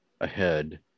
ahead